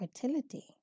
fertility